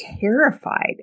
terrified